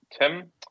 Tim